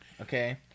Okay